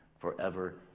forever